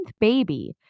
baby